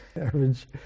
average